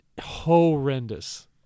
horrendous